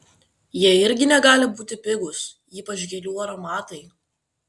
jie irgi negali būti pigūs ypač gėlių aromatai